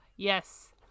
Yes